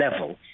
level